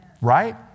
Right